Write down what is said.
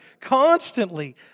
constantly